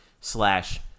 slash